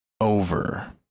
over